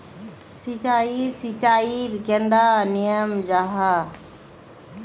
सिंचाई सिंचाईर कैडा नियम जाहा?